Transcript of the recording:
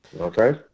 Okay